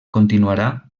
continuarà